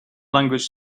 language